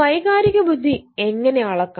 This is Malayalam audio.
വൈകാരിക ബുദ്ധി എങ്ങനെ അളക്കാം